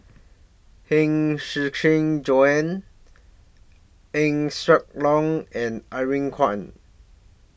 Huang Shiqi Joan Eng Siak Loy and Irene Khong